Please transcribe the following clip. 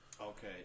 Okay